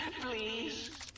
please